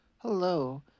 Hello